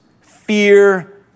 Fear